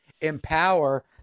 Empower